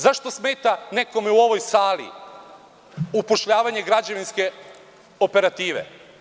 Zašto smeta nekome u ovoj sali upošljavanje građevinske operative?